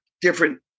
different